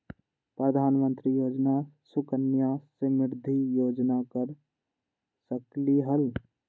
प्रधानमंत्री योजना सुकन्या समृद्धि योजना कर सकलीहल?